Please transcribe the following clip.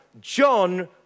John